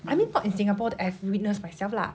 I mean not in singapore that I have witness myself lah